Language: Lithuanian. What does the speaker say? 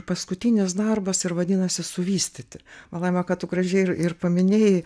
paskutinis darbas ir vadinasi suvystyti va laima kad tu gražiai ir ir paminėjai